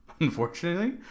Unfortunately